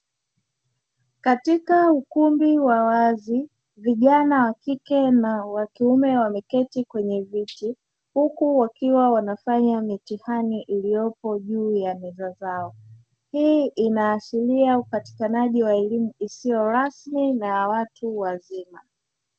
Katika ukumbi wa wazi, vijana wa kike na wa kiume wameketi kwenye viti huku wakiwa wanafanya mitihani iliyopo juu ya meza zao. Hii inaashiria upatikanaji wa elimu isiyo rasmi na ya watu wazima.